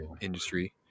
industry